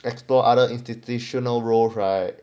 explore other institutional rules right